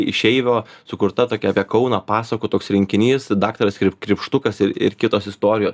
išeivio sukurta tokia apie kauną pasakų toks rinkinys daktaras kripštukas ir ir kitos istorijos